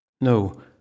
No